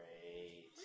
Great